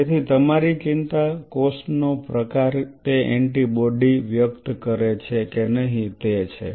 તેથી તમારી ચિંતા કોષ નો પ્રકાર તે એન્ટિબોડી વ્યક્ત કરે છે કે નહીં તે છે